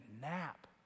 nap